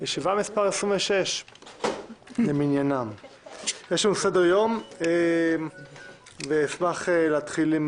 ישיבה מספר 26. אשמח להתחיל עם